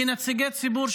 כנציגי ציבור,